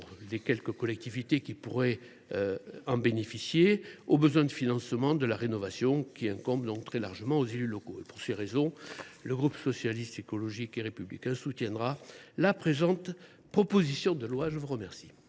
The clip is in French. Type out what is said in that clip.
bienvenue aux collectivités qui pourraient en bénéficier, puisque les besoins de financement de la rénovation incombent encore très largement aux élus locaux. Pour ces raisons, le groupe Socialiste, Écologiste et Républicain soutiendra la présente proposition de loi. La parole